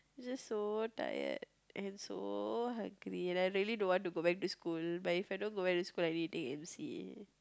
just so tired and so hungry and I really don't want to go back to school but If I don't go back to school I need take m_c